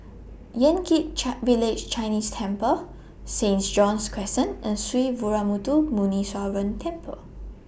Yan Kit chart Village Chinese Temple Saint John's Crescent and Sree Veeramuthu Muneeswaran Temple